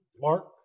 Mark